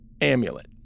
amulet